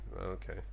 okay